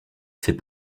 fait